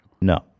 No